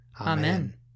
Amen